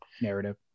narrative